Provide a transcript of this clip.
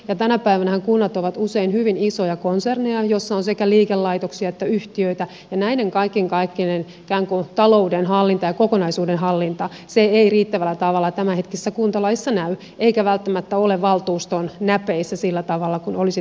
ja tänä päivänähän kunnat ovat usein hyvin isoja konserneja joissa on sekä liikelaitoksia että yhtiöitä ja näiden kaikenkaikkinen ikään kuin talouden hallinta ja kokonaisuuden hallinta ei riittävällä tavalla tämänhetkisessä kuntalaissa näy eikä välttämättä ole valtuuston näpeissä sillä tavalla kuin olisi tarkoituksenmukaista